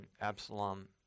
Absalom